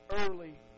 early